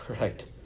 Right